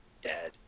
dead